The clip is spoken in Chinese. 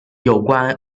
有关